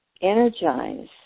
energize